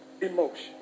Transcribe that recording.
emotion